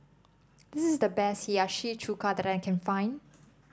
this is the best Hiyashi Chuka that I can find